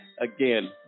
Again